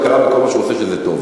או הכרה שכל מה שהוא עושה זה טוב.